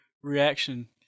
reaction